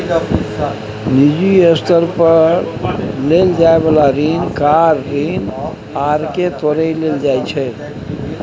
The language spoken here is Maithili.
निजी स्तर पर लेल जाइ बला ऋण कार ऋण आर के तौरे लेल जाइ छै